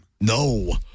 No